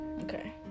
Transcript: Okay